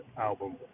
album